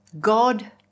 God